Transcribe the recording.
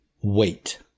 Wait